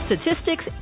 statistics